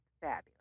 fabulous